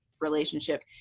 relationship